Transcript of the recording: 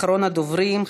אחרון הדוברים,